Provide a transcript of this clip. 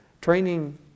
training